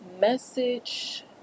Message